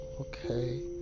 okay